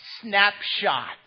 snapshot